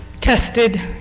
tested